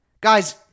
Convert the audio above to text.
Guys